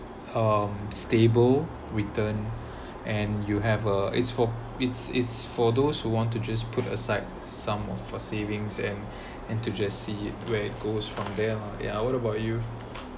um stable return and and you have a it's for it's it's for those who want to just put aside some of for a savings and and to just see it where it goes from there lah yeah what about you